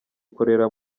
ikorera